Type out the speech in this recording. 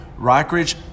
Rockridge